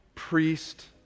priest